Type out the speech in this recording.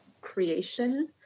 creation